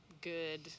good